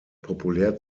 populär